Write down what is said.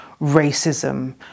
racism